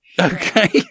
Okay